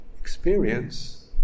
experience